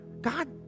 God